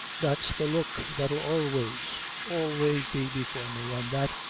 that's the look that'll always, always be before me, an' that,